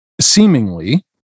seemingly